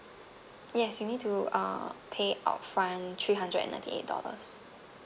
yes you need to uh pay upfront three hundred and ninety eight dollars